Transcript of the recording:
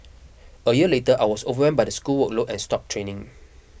a year later I was overwhelmed by the school workload and stopped training